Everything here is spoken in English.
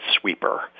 sweeper